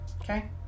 Okay